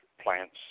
plants